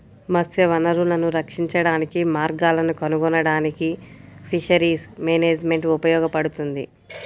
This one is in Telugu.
మత్స్య వనరులను రక్షించడానికి మార్గాలను కనుగొనడానికి ఫిషరీస్ మేనేజ్మెంట్ ఉపయోగపడుతుంది